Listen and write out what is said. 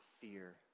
fear